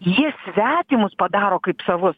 jie svetimus padaro kaip savus